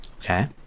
okay